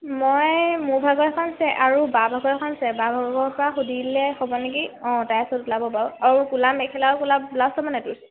মই মোৰ ভাগৰ এখন আছে আৰু বা ভাগৰ এখন আছে বা ভাগৰ পৰা সুধিলে হ'ব নেকি অঁ ওলাব বাৰু আৰু ক'লা মেখেলাও ক'লা ব্লাউজ